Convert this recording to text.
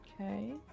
Okay